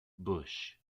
bush